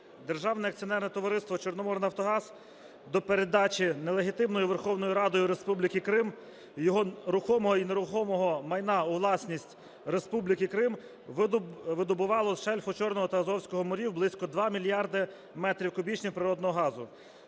Державне акціонерне товариства "Чорноморнафтогаз" до передачі нелегітимною Верховною Радою Республіки Крим його рухомого і нерухомого майна у власність Республіки Крим видобувало з шельфу Чорного та Азовського морів близько 2 мільярдів метрів кубічних природного газу.